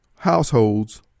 households